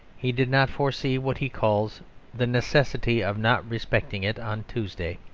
he did not foresee what he calls the necessity of not respecting it on tuesday.